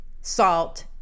salt